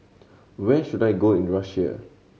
where should I go in Russia